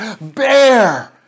BEAR